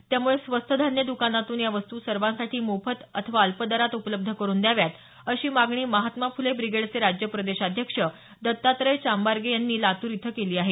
त्यामुळे स्वस्त धान्य द्कानातून या वस्तू सर्वांसाठी मोफत अथवा अल्प दरात उपलब्ध करून द्याव्यात अशी मागणी महात्मा फुले ब्रिगेडचे राज्य प्रदेशाध्यक्ष दत्तात्रय चांबारगे यांनी लातूर इथं केली आहे